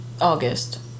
August